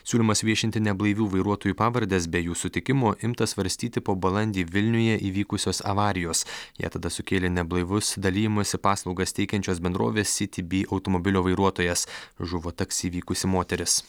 siūlymas viešinti neblaivių vairuotojų pavardes be jų sutikimo imta svarstyti po balandį vilniuje įvykusios avarijos ją tada sukėlė neblaivus dalijimosi paslaugas teikiančios bendrovės citybee automobilio vairuotojas žuvo taksi vykusi moteris